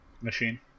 machine